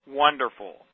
wonderful